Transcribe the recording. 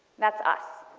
that's us.